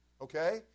Okay